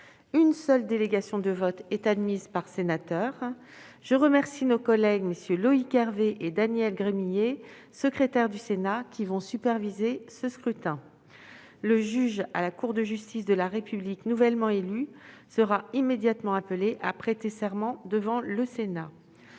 Une seule délégation de vote est admise par sénateur. Je remercie nos collègues MM. Loïc Hervé et Daniel Gremillet, secrétaires du Sénat, qui vont superviser ce scrutin. Le juge suppléant à la Cour de justice de la République nouvellement élu sera immédiatement appelé à prêter serment devant le Sénat.